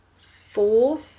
fourth